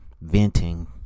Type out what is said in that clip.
Venting